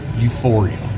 euphoria